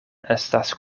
estas